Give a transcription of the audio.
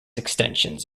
extensions